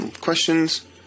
questions